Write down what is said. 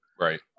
right